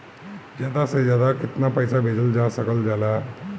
ज्यादा से ज्यादा केताना पैसा भेजल जा सकल जाला?